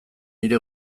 nire